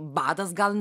badas gal